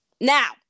Now